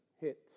hit